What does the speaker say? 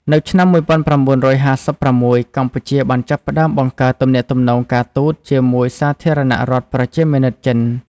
នៅឆ្នាំ ១៩៥៦ កម្ពុជាបានចាប់ផ្តើមបង្កើតទំនាក់ទំនងការទូតជាមួយសាធារណរដ្ឋប្រជាមានិតចិន។